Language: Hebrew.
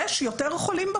בפועל יש יותר חולים.